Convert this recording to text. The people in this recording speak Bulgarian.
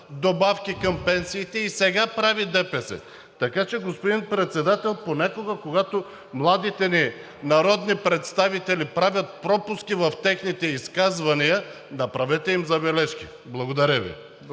добавки към пенсиите и сега прави ДПС. Така че, господин Председател, понякога, когато младите ни народни представители правят пропуски в техните изказвания, направете им забележки. Благодаря Ви.